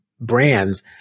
brands